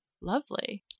lovely